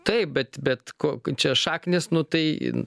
taip bet bet ko čia šaknys nu tai